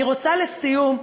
אני רוצה, לסיום,